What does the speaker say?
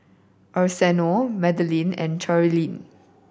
Arsenio Madelynn and Cherilyn